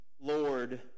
lord